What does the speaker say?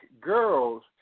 girls